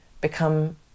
become